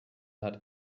hat